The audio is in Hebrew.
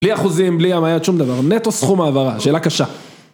בלי אחוזים, בלי אמייט, שום דבר, נטו סכום ההעברה, שאלה קשה.